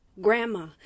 Grandma